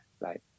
right